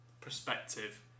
perspective